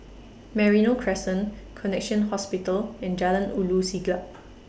Merino Crescent Connexion Hospital and Jalan Ulu Siglap